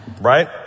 Right